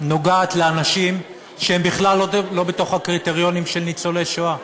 נוגעת לאנשים שהם בכלל לא בתוך הקריטריונים של ניצולי שואה.